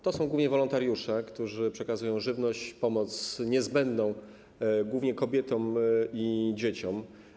To są głównie wolontariusze, którzy przekazują żywność, pomoc niezbędną głównie kobietom i dzieciom.